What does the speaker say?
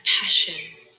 passion